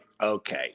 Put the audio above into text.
okay